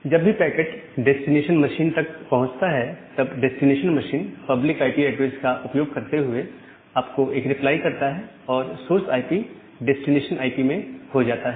जब भी packet destination machine पर पहुंचता है तब destination machine public IP address का उपयोग करते हुए आपको एक रिप्लाई करता है और सोर्स आईपी डेस्टिनेशन आईपी हो जाता है